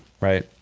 right